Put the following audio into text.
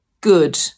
good